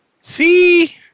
See